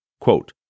Quote